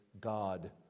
God